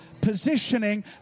positioning